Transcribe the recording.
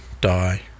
die